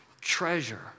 treasure